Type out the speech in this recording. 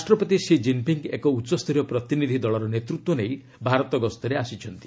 ରାଷ୍ଟ୍ରପତି Xi Jinping ଏକ ଉଚ୍ଚସ୍ତରୀୟ ପ୍ରତିନିଧି ଦଳର ନେତୃତ୍ୱ ନେଇ ଭାରତ ଗସ୍ତରେ ଆସିଛନ୍ତି